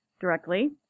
directly